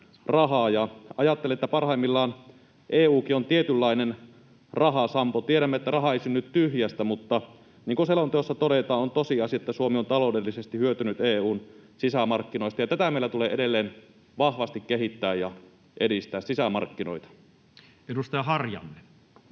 ja ajattelen, että parhaimmillaan EU:kin on tietynlainen rahasampo. Tiedämme, että raha ei synny tyhjästä, mutta niin kuin selonteossa todetaan, on tosiasia, että Suomi on taloudellisesti hyötynyt EU:n sisämarkkinoista, ja näitä sisämarkkinoita meillä tulee edelleen vahvasti kehittää ja edistää. Edustaja Harjanne.